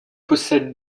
possède